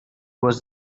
was